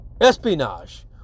espionage